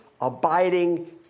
abiding